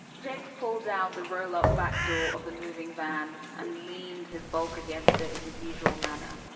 jake, pull down the roll up back door of the moving van and leaned his bulc against it in his usual manner.